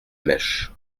mèche